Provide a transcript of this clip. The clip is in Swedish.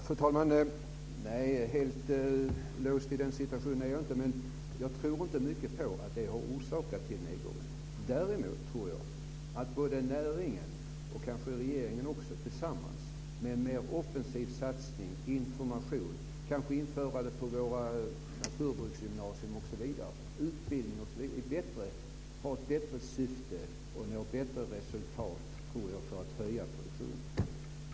Fru talman! Nej, helt låst i den situationen är jag inte, men jag tror inte mycket på att det har orsakat nedgången. Däremot tror jag att näringen och regeringen tillsammans med en mer offensiv satsning, med information, kanske införande av biodling på våra naturbruksgymnasier, utbildning m.m. når ett bättre syfte och ett bättre resultat för att höja produktionen.